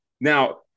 Now